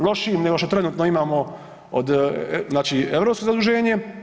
Lošijim nego što trenutno imamo znači europsko zaduženje.